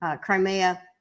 Crimea